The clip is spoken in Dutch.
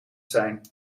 zijn